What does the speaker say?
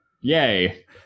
Yay